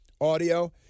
audio